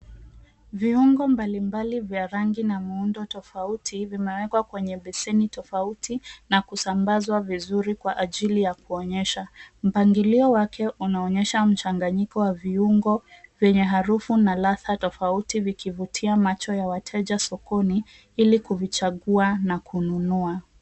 Viungo mbalimbali vya rangi na muundo tofauti vimewekwa kwenye beseni tofauti na kusambazwa vizuri kwa ajili ya kuonyeshwa. Mpangilio wake unaonyesha mchanganyiko wa viungo vyenye harufu na ladha tofauti vikivutia ladha ya wateja sokoni ili kuvichagua na kuvinunua.